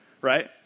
right